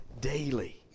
daily